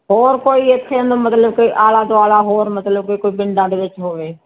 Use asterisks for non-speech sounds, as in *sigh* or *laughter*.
ਹੋਰ ਕੋਈ ਇੱਥੇ *unintelligible* ਮਤਲਬ ਕਿ ਆਲਾ ਦੁਆਲਾ ਹੋਰ ਮਤਲਬ ਕਿ ਕੋਈ ਪਿੰਡਾਂ ਦੇ ਵਿੱਚ ਹੋਵੇ